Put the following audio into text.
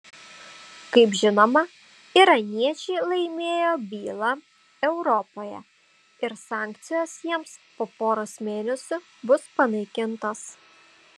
kaip žinoma iraniečiai laimėjo bylą europoje ir sankcijos jiems po poros mėnesių bus panaikintos